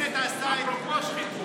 אפרופו שחיתות,